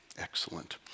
excellent